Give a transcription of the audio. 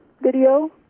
video